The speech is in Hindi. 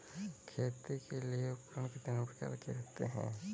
खेती के लिए उपकरण कितने प्रकार के होते हैं?